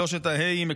שלושת הה"אים,